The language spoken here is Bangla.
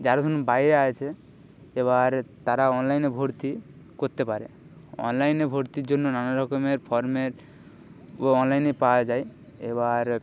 যারা ধরুন বাইরে আছে এবার তারা অনলাইনে ভর্তি করতে পারে অনলাইনে ভর্তির জন্য নানা রকমের ফর্মের ও অনলাইনে পাওয়া যায় এবার